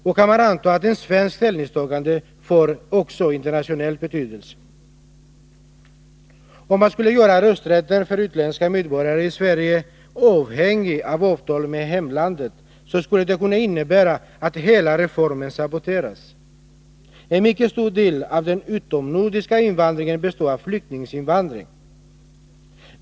Och man kan anta att ett svenskt ställningstagande får internationell betydelse. Om man skulle göra rösträtten för utländska medborgare i Sverige avhängig av avtal med hemlandet, skulle det kunna innebära att hela reformen saboteras. En mycket stor del av den utomnordiska invandringen består av flyktinginvandring.